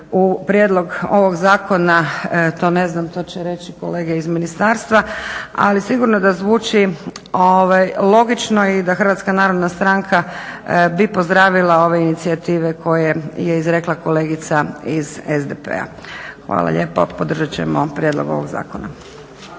u prijedlog ovog zakona to ne znam, to će reći kolege iz ministarstva. Ali sigurno da zvuči logično i da Hrvatska narodna stranka bi pozdravila ove inicijative koje je izrekla kolegica iz SDP-a. Hvala lijepo. Podržat ćemo prijedlog ovog zakona.